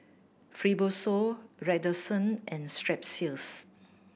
Fibrosol Redoxon and Strepsils